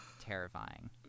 terrifying